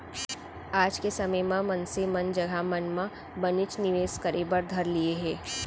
आज के समे म मनसे मन जघा मन म बनेच निवेस करे बर धर लिये हें